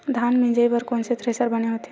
धान मिंजई बर कोन से थ्रेसर बने होथे?